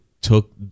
took